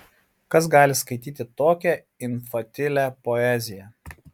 kas gali skaityti tokią infantilią poeziją